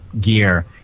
gear